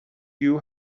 you